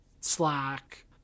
slack